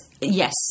yes